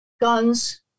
Guns